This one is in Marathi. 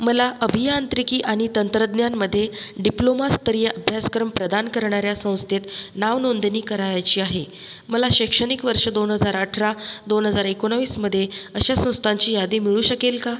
मला अभियांत्रिकी आणि तंत्रज्ञानामध्ये डिप्लोमास्तरीय अभ्यासक्रम प्रदान करणाऱ्या संस्थेत नावनोंदणी करायाची आहे मला शैक्षणिक वर्ष दोन हजार अठरा दोन हजार एकोणवीसमध्ये अशा संस्थांची यादी मिळू शकेल का